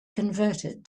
converted